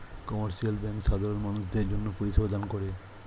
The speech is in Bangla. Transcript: কমার্শিয়াল ব্যাঙ্ক সাধারণ মানুষদের জন্যে পরিষেবা দান করে